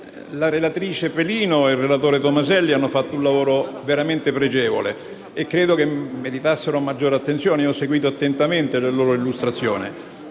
la relatrice Pelino e il relatore Tomaselli hanno fatto un lavoro veramente pregevole e credo che avrebbero meritato maggiore attenzione. Ho seguito attentamente le loro illustrazioni